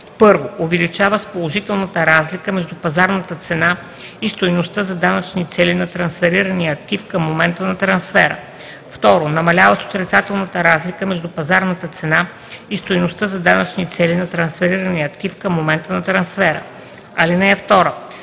се: 1. увеличава с положителната разлика между пазарната цена и стойността за данъчни цели на трансферирания актив към момента на трансфера; 2. намалява с отрицателната разлика между пазарната цена и стойността за данъчни цели на трансферирания актив към момента на трансфера. (2) Стойност